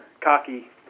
cocky